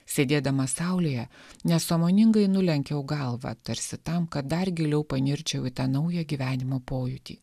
sėdėdama saulėje nesąmoningai nulenkiau galvą tarsi tam kad dar giliau panirčiau į tą naują gyvenimo pojūtį